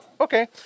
Okay